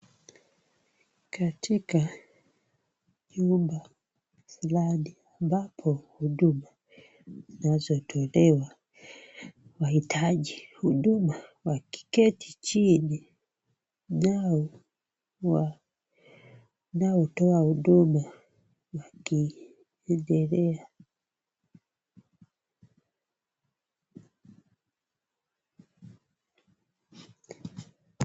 Katika jumba fulani ambapo huduma zinazotolewa, wahitaji huduma wakiketi chini, nao wanaotoa huduma wakiendelea.